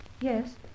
Yes